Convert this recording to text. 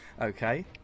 Okay